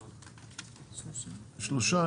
שלושה.